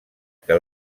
que